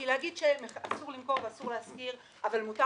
כי להגיד שאסור למכור ואסור להשכיר אבל מותר